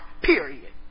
period